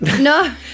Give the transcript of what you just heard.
No